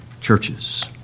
churches